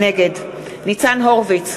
נגד ניצן הורוביץ,